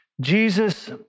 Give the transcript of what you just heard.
Jesus